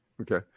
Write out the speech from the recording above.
Okay